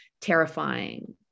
terrifying